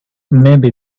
maybe